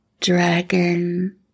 dragon